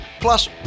Plus